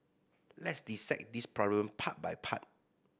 let's dissect this problem part by part